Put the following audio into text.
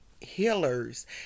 healers